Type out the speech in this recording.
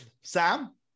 Sam